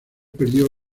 perdió